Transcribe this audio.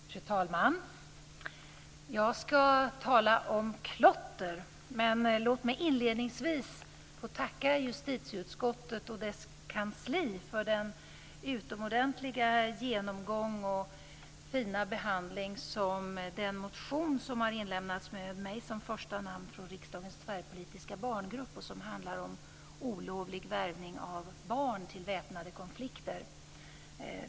Fru talman! Jag ska tala om klotter men låt mig först få tacka justitieutskottet och dess kansli för den utomordentliga genomgången och den fina behandlingen av den motion som inlämnats från Riksdagens tvärpolitiska barngrupp med mitt namn som första namn och som handlar om olovlig värvning av barn till väpnade konflikter.